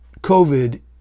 COVID